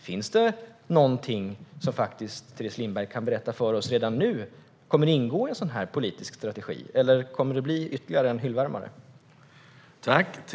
Finns det något som Teres Lindberg kan berätta för oss redan nu? Kommer det att ingå en politisk strategi, eller kommer det att bli ytterligare en hyllvärmare?